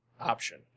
option